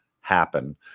happen